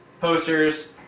posters